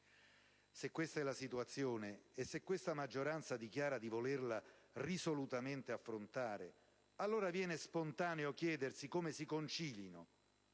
Se questa è la situazione e se questa maggioranza dichiara di volerla risolutamente affrontare, allora viene spontaneo chiedersi come si concilino